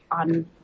on